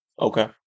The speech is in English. Okay